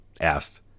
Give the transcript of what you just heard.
asked